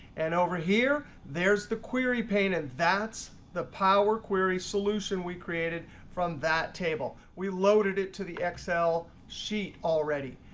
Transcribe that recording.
and over here there's the query pane, and that's the power query solution we created from that table. we loaded it to the excel sheet already.